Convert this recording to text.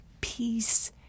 Peace